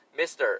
Mr